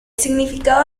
significado